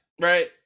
right